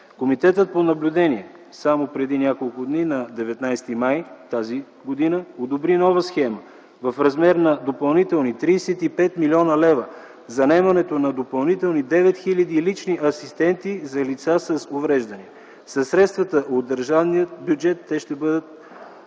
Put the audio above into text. Комитетът по наблюдение само преди няколко дни на 19 май т.г. одобри нова схема в размер на допълнителни 35 млн. лв. за наемането на допълнителни 9 хил. лични асистенти за лица с увреждане. Със средствата от държавния бюджет ще бъде